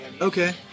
Okay